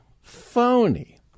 phony